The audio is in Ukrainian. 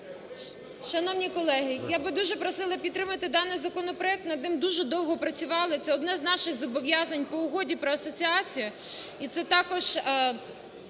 Шановні колеги, я би дуже просила підтримати даний законопроект над ним дуже довго працювали, це одне з наших зобов'язань по Угоді про асоціацію